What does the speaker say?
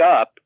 up